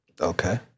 Okay